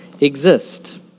exist